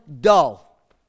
dull